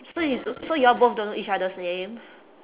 so you do~ so y'all both don't know each other's name